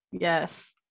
Yes